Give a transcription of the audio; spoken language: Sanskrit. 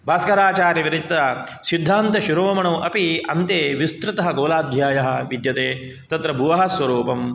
भास्कराचार्यविरचितसिद्धान्तशोरोमणौ अपि अन्ते विस्तृतः गोलाध्यायः विद्यते तत्र भुवः स्वरूपं